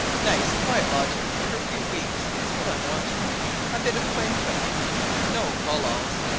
nice, quiet lodgings for a few weeks is what i'm wanting a bit of plain cooking no fal-lals.